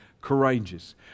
courageous